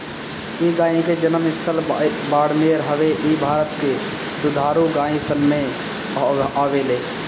इ गाई के जनम स्थल बाड़मेर हवे इ भारत के दुधारू गाई सन में आवेले